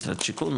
משרד שיכון,